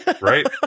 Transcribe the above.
Right